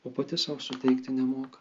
o pati sau suteikti nemoka